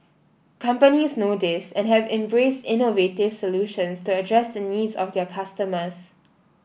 companies know this and have embraced innovative solutions to address the needs of their customers